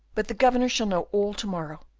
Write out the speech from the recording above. but the governor shall know all to-morrow,